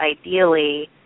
ideally